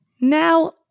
Now